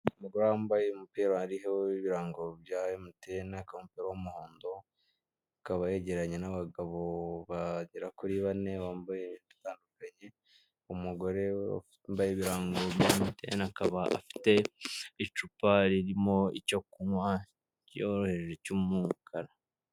Umugore wambaye umupira hariho ibirango bya MTN akaba ari umupira w'umuhondo akaba yegeranye n'abagabo bagera kuri bane bambaye bitandukanye, umugore wambaye ibirango bya MTN akaba afite icupa ririmo icyo kunywa cyoroheje cy'umukara.